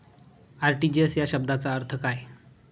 RTGS या शब्दाचा अर्थ काय?